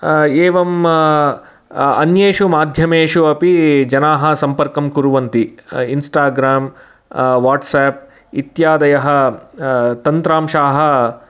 एवम् अन्येषु माध्यमेषु अपि जनाः सम्पर्कं कुर्वन्ति इन्स्टाग्राम् वाट्स् आप् इत्यादयः तन्त्रांशाः